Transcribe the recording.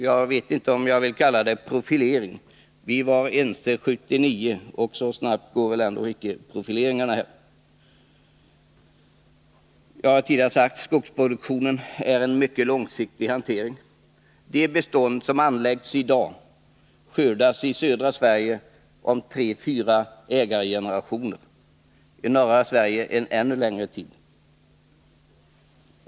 Jag vet inte om jag vill kalla det profilering. Vi var ense så sent som 1979, och då bör det väl inte vara fråga om profilering i dag. Jag har tidigare sagt att skogsproduktionen är en mycket långsiktig hantering. De bestånd som anläggs i dag skördas i södra Sverige om tre eller fyra ägargenerationer och i norra Sverige efter ännu längre tid.